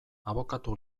abokatu